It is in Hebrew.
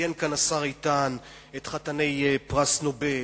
ציין כאן השר איתן את חתני פרס נובל,